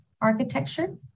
architecture